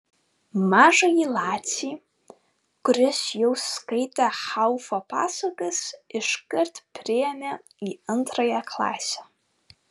mažąjį lacį kuris jau skaitė haufo pasakas iškart priėmė į antrąją klasę